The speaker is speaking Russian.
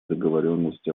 договоренности